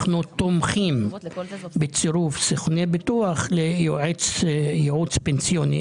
אנחנו תומכים בצירוף סוכני ביטוח לייעוץ פנסיוני.